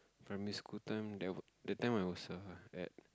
primary school time there that time I was err at